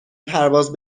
پرواز